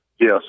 Yes